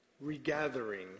regathering